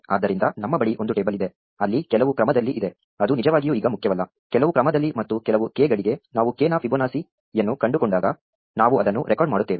ಆದ್ದರಿಂದ ನಮ್ಮ ಬಳಿ ಒಂದು ಟೇಬಲ್ ಇದೆ ಅಲ್ಲಿ ಕೆಲವು ಕ್ರಮದಲ್ಲಿ ಇದೆ ಅದು ನಿಜವಾಗಿಯೂ ಈಗ ಮುಖ್ಯವಲ್ಲ ಕೆಲವು ಕ್ರಮದಲ್ಲಿ ಮತ್ತು ಕೆಲವು ಕೆಗಳಿಗೆ ನಾವು k ನ ಫಿಬೊನಾಸಿಯನ್ನು ಕಂಡುಕೊಂಡಾಗ ನಾವು ಅದನ್ನು ರೆಕಾರ್ಡ್ ಮಾಡುತ್ತೇವೆ